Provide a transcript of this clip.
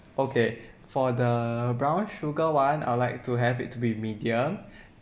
okay for the brown sugar one I will like to have it to be medium